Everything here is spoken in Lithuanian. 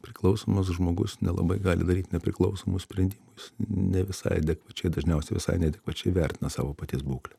priklausomas žmogus nelabai gali daryt nepriklausomus sprendimus ne visai adekvačiai dažniausia visai neadekvačiai vertina savo paties būklę